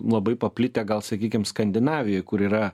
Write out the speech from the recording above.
labai paplitę gal sakykim skandinavijoj kur yra